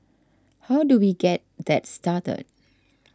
how do we get that started